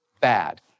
bad